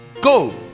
Go